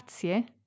grazie